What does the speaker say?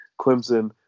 Clemson